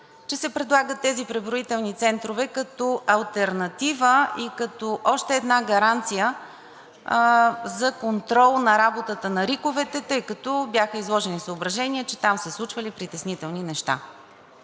че се предлагат тези преброителни центрове като алтернатива и като още една гаранция за контрол на работата на РИК-овете, тъй като бяха изложени съображения, че там се случвали притеснителни неща.